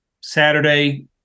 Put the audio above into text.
saturday